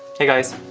hey guys.